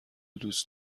دوست